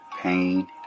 pain